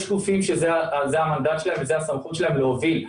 יש גופים שזה המנדט שלהם וזו הסמכות שלהם להוביל.